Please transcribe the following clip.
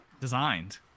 designed